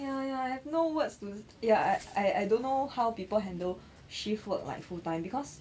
ya ya I have no words to ya I I don't know how people handle shift work like full time because